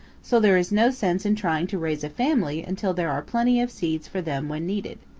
so there is no sense in trying to raise a family until there are plenty of seeds for them when needed.